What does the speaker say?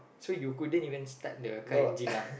so you couldn't even start the car engine lah